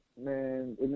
Man